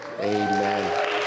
Amen